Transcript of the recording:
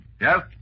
Yes